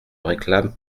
réclame